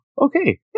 Okay